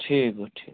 ٹھیٖک گوٚو ٹھیٖک